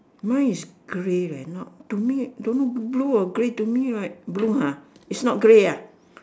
mine is grey leh not to me don't know blue or grey to me right blue ha it's not grey ah